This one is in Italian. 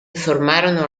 formarono